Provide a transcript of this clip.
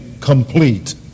complete